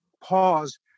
pause